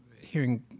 hearing